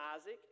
Isaac